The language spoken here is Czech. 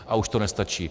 A už to nestačí.